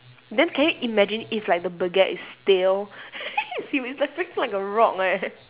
then can you imagine if like the baguette is stale like basically like a rock leh